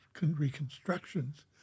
reconstructions